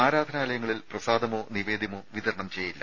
ആരാധനാലയങ്ങളിൽ പ്രസാദമോ നിവേദ്യമോ വിതരണം ചെയ്യില്ല